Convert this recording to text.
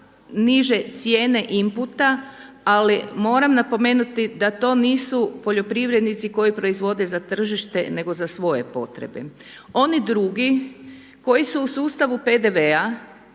niže cijene imputa, ali moram napomenuti da to nisu poljoprivrednici koji proizvode za tržište nego za svoje potrebe. Oni drugi koji su u sustavu PDV-a